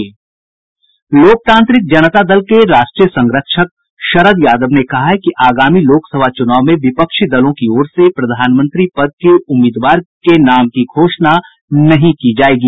लोकतांत्रिक जनता दल के राष्ट्रीय संरक्षक शरद यादव ने कहा है कि आगामी लोकसभा चुनाव में विपक्षी दलों की ओर से प्रधानमंत्री पद के उम्मीदवार के नाम की घोषणा नहीं की जायेगी